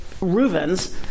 Reuven's